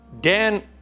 Dan